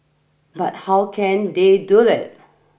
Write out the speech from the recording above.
but how can they do it